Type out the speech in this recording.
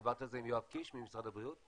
דיברת על זה עם יואב קיש ממשרד הבריאות?